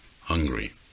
hungry